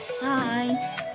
bye